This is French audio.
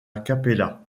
cappella